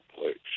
place